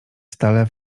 stale